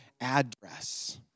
address